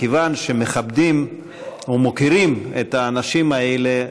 מכיוון שאנו מכבדים ומוקירים את האנשים האלה,